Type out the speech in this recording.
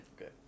Okay